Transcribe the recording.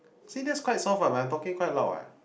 see that's quite soft what when I'm talking quite loud what